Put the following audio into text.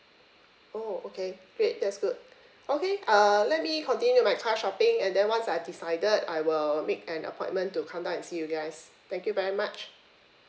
oh okay great that's good okay uh let me continue my car shopping and then once I decided I will make an appointment to come down and see you guys thank you very much